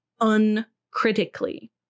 uncritically